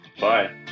Bye